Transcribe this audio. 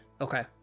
Okay